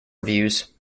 reviews